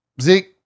Zeke